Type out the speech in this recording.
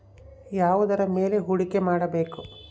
ಯಾವುದರ ಮೇಲೆ ಹೂಡಿಕೆ ಮಾಡಬೇಕು?